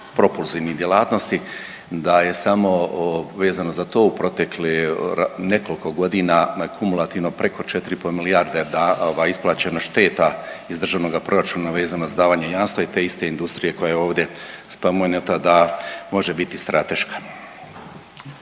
propulzivnih djelatnosti da je samo vezano za to u proteklih nekoliko godina na kumulativno preko 4,5 milijarde isplaćeno šteta iz državnoga proračuna vezano za davanje jamstva i te iste industrije koja je ovdje spomenuta da može biti strateška.